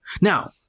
Now